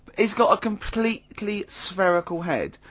he's got a completely spherical head.